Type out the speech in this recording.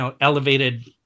elevated